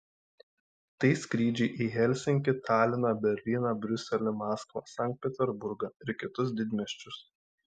tai skrydžiai į helsinkį taliną berlyną briuselį maskvą sankt peterburgą ir kitus didmiesčius